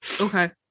Okay